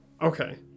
Okay